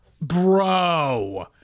Bro